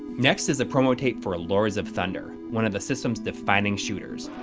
next is a promo tape for ah lords of thunder, one of the system defining shooters.